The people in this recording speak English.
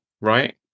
right